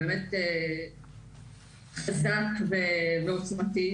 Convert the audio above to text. באמת חזק ועוצמתי,